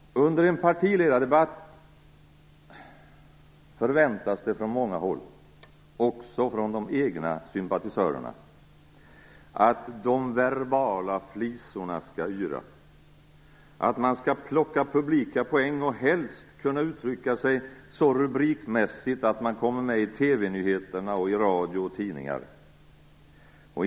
Under en partiledardebatt förväntas det från många håll - också från de egna sympatisörerna - att de verbala flisorna skall yra, att man skall plocka publika poäng och helst kunna uttrycka sig så rubrikmässigt att man kommer med i TV-nyheterna, i radio och i tidningar.